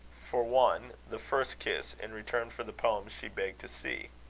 for one, the first kiss, in return for the poems she begged to see.